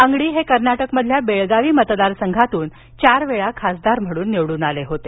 अंगडी कर्नाटकमधील बेळगावी मतदार संघातून चार वेळा खासदार म्हणून निवडून आले होते